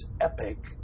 epic